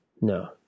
No